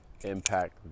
impact